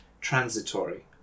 transitory